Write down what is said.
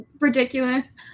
ridiculous